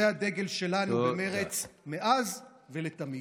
זה הדגל שלנו במרצ מאז ולתמיד.